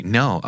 no